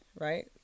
right